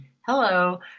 hello